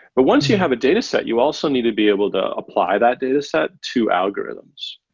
but once you have a dataset, you also need to be able to apply that dataset to algorithms.